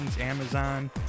Amazon